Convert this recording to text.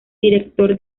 director